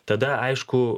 tada aišku